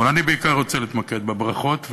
אבל אני בעיקר רוצה להתמקד בברכות,